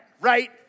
right